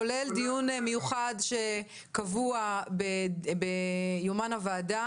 כולל בדיון מיוחד שקבוע ביומן הוועדה